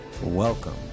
Welcome